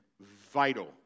vital